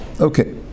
Okay